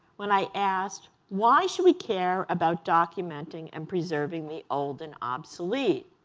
when i asked why should we care about documenting and preserving the old and obsolete.